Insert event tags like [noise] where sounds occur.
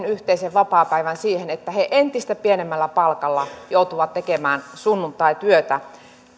[unintelligible] yhteisen vapaapäivän siihen että he entistä pienemmällä palkalla joutuvat tekemään sunnuntaityötä